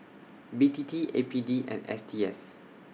B T T A P D and S T S